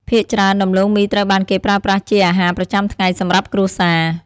ភាគច្រើន ដំឡូងមីត្រូវបានគេប្រើប្រាស់ជាអាហារប្រចាំថ្ងៃសម្រាប់គ្រួសារ។